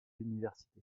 université